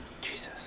Jesus